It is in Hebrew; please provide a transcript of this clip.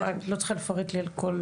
את לא צריכה לפרט לי על הכל.